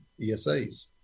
ESAs